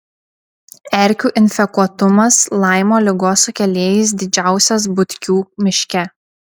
erkių infekuotumas laimo ligos sukėlėjais didžiausias butkių miške